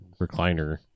recliner